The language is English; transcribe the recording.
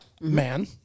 Man